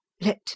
Let